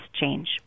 change